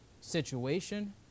situation